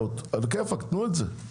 תנו את זה.